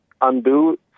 undo